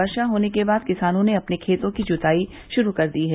वर्षा होने के बाद किसानों ने अपने खेतों की जुताई शुरू कर दी हैं